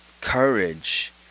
courage